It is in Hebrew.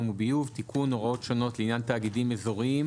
וביוב (תיקון הוראות שונות לעניין תאגידים אזוריים),